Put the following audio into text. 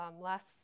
Last